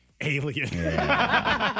Alien